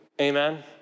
Amen